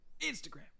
Instagram